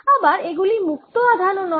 আবার এগুলি মুক্ত আধান ও নয়